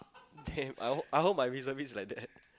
damn I hope I hope my reservist is like that